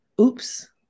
oops